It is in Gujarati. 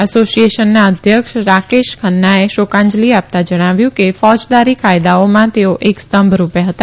એસોસીએસન ના અધ્યક્ષ રાકેશ ખન્ના એ શોકાંજલી આપતા જણાવ્યુ કે ફોજદારી કાયદાઓ માં તેઓ એક સ્તંભ રૂપે હતા